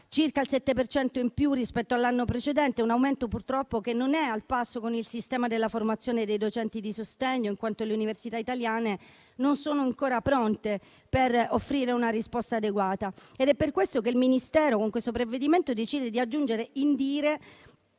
per cento in più rispetto all'anno precedente. Un aumento, purtroppo, che non è al passo con il sistema della formazione dei docenti di sostegno, in quanto le università italiane non sono ancora pronte per offrire una risposta adeguata. È per questo che il Ministero, con questo provvedimento, decide di aggiungere INDIRE